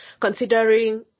considering